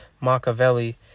Machiavelli